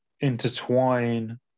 intertwine